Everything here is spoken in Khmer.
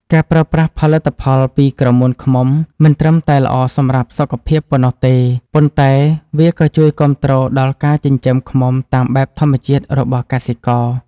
ការប្រើប្រាស់ផលិតផលពីក្រមួនឃ្មុំមិនត្រឹមតែល្អសម្រាប់សុខភាពប៉ុណ្ណោះទេ ប៉ុន្តែ វាក៏ជួយគាំទ្រដល់ការចិញ្ចឹមឃ្មុំតាមបែបធម្មជាតិរបស់កសិករ។